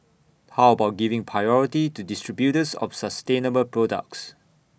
how about giving priority to distributors of sustainable products